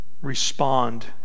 respond